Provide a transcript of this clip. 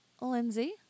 Lindsay